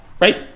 Right